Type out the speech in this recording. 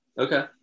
Okay